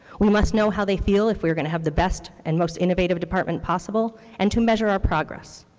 we must know how they feel if we are going to have the best and most innovative department possible and to measure our progress.